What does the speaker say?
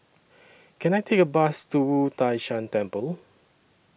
Can I Take A Bus to Wu Tai Shan Temple